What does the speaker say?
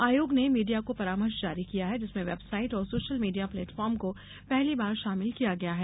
आयोग ने मीडिया को परामर्श जारी किया है जिसमें वेबसाइट और सोशल मीडिया प्लेटफार्म को पहली बार शामिल किया गया है